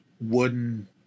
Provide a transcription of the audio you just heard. wooden